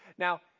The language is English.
Now